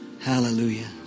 Hallelujah